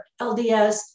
LDS